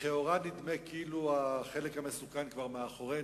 לכאורה, נדמה שהחלק המסוכן כבר מאחורינו.